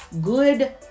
good